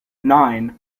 nine